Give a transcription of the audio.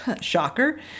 shocker